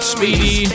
Speedy